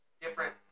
different